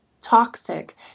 toxic